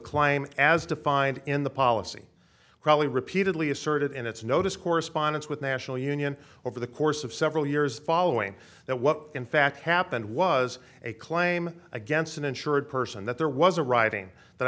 claim as defined in the policy crowley repeatedly asserted in its notice correspondence with national union over the course of several years following that what in fact happened was a claim against an insured person that there was a writing that